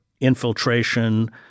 infiltration